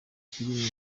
filime